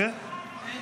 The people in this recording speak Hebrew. לא, אמרתי.